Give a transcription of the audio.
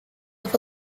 for